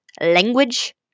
language